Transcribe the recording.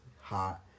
hot